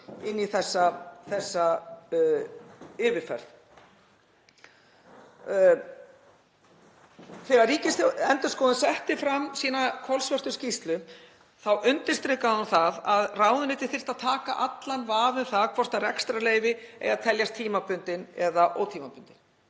inn í þessa yfirferð. Þegar Ríkisendurskoðun setti fram sína kolsvörtu skýrslu þá undirstrikaði hún það að ráðuneytið þyrfti að taka af allan vafa um það hvort rekstrarleyfi ættu að teljast tímabundin eða ótímabundin.